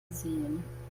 sehen